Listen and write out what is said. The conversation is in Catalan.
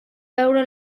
veure